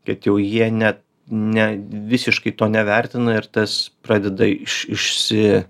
kad jau jie ne ne visiškai to nevertina ir tas pradeda iš išsi